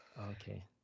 Okay